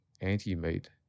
anti-meat